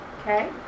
Okay